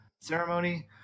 Ceremony